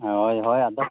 ᱦᱚᱭ ᱦᱚᱭ ᱟᱫᱚ